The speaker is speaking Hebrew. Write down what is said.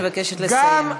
אני מבקשת לסיים.